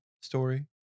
story